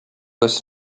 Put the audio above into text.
was